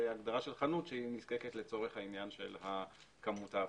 והגדרה של "חנות" שנדרשת לצורך עניין כמות ההפרות.